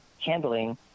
handling